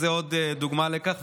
וזו עוד דוגמה לכך,